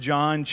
John